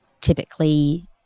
typically